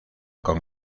con